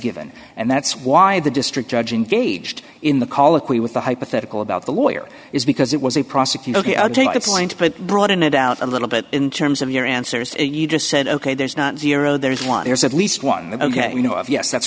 given and that's why the district judge engaged in the colloquy with the hypothetical about the lawyer is because it was a prosecutor ok i'll take the point but broaden it out a little bit in terms of your answers you just said ok there's not zero there is one there's at least one that ok you know of yes that's